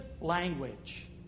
language